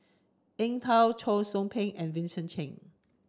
Eng Tow Cheong Soo Pieng and Vincent Cheng